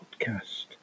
podcast